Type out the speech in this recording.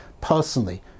personally